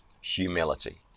humility